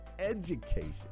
education